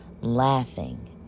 laughing